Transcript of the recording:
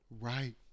Right